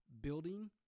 building